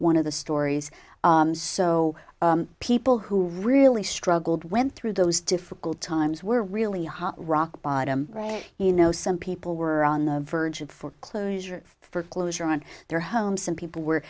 one of the stories so people who really struggled went through those difficult times were really hard rock bottom right you know some people were on the verge of foreclosure for closure on their homes some people were